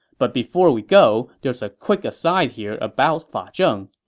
but before we go, there's a quick aside here about fa zheng.